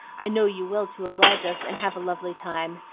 i know you will to oblige us, and have a lovely time.